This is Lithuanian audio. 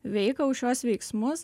veiką už šiuos veiksmus